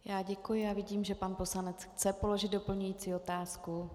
Já děkuji a vidím, že pan poslanec chce položit doplňující otázku.